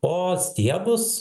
o stiebus